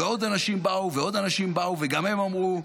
ועוד אנשים באו, ועוד אנשים באו, וגם הם אמרו: